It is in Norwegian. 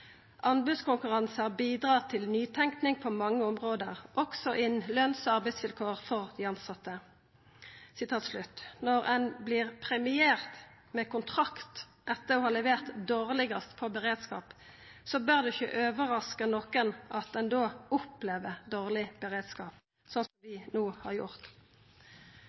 bidrar til nytenkning på mange områder, også innen lønns- og arbeidsvilkår for de ansatte.» Når ein vert premiert med kontrakt etter å ha levert dårlegast på beredskap, bør det ikkje overraska nokon at ein opplever dårleg beredskap, slik vi har gjort.